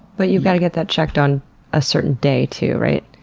but you gotta get that checked on a certain day too, right?